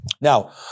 Now